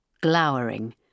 glowering